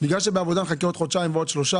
בגלל שזה בעבודה נחכה עוד חודשיים, עוד שלושה